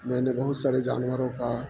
میں نے بہت سارے جانوروں کا